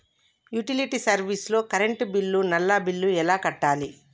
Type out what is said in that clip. Utility service లో current bill, నల్లా bill ఎలా కట్టాలి?